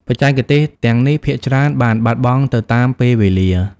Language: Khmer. បច្ចេកទេសទាំងនេះភាគច្រើនបានបាត់បង់ទៅតាមពេលវេលា។